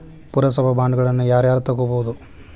ಪುರಸಭಾ ಬಾಂಡ್ಗಳನ್ನ ಯಾರ ಯಾರ ತುಗೊಬೊದು?